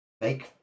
make